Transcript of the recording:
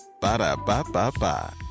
Ba-da-ba-ba-ba